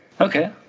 Okay